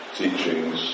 teachings